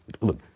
look